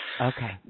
Okay